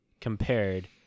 compared